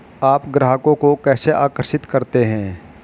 आप ग्राहकों को कैसे आकर्षित करते हैं?